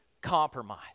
compromise